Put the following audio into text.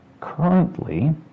Currently